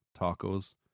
Tacos